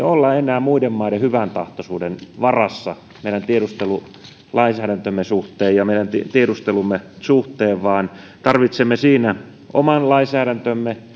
olla enää muiden maiden hyväntahtoisuuden varassa meidän tiedustelulainsäädäntömme suhteen ja meidän tiedustelumme suhteen vaan tarvitsemme siinä oman lainsäädäntömme